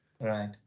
Right